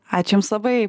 ačiū jums labai